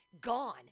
gone